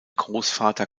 großvater